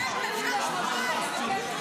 מיכאל, שבועיים.